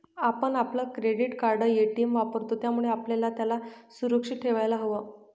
आपण आपलं credit card, ATM वापरतो, त्यामुळे आपल्याला त्याला सुरक्षित ठेवायला हव